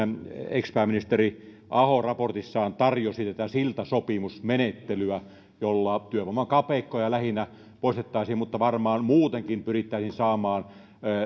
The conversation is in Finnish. ex pääministeri aho raportissaan tarjosi tätä siltasopimusmenettelyä jolla työvoiman kapeikkoja lähinnä poistettaisiin mutta varmaan muutenkin pyrittäisiin saamaan